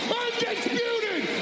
undisputed